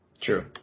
True